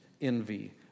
envy